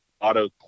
auto